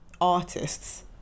artists